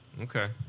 Okay